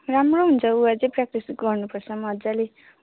राम्रो हुन्छ उ अझै प्र्याक्टिस गर्नुपर्छ मज्जाले